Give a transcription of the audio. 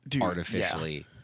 artificially